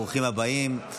ברוכים הבאים.